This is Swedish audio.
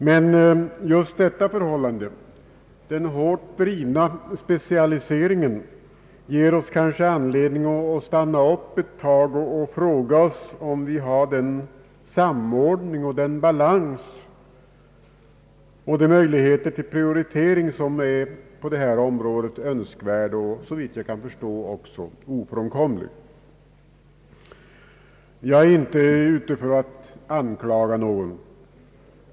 Men just den hårt drivna specialiseringen ger oss kanske anledning att stanna upp ett tag och fråga oss om vi har den samordning, den balans och de möjligheter till prioritering som på detta område är önskvärda och såvitt jag kan förstå även ofrånkomliga. Jag är inte ute för att anklaga någon.